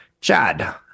Chad